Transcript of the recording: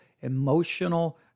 emotional